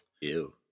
Ew